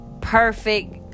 perfect